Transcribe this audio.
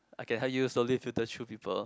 I can help you slowly filter through people